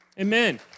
Amen